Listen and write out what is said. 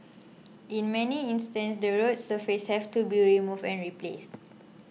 in many instances the road surfaces have to be removed and replaced